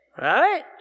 right